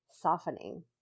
softening